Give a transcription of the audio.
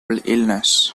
illness